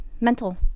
mental